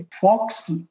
Fox